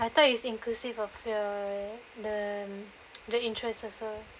I thought is inclusive of the the the interest also